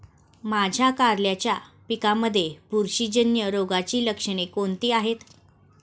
माझ्या कारल्याच्या पिकामध्ये बुरशीजन्य रोगाची लक्षणे कोणती आहेत?